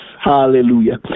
Hallelujah